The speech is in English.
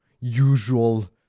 usual